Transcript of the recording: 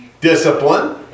Discipline